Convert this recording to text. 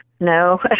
No